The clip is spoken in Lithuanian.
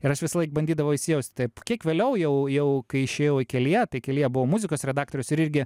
ir aš visąlaik bandydavau įsijausti taip kiek vėliau jau jau kai išėjau į kelyje tai kelyje buvo muzikos redaktorius ir irgi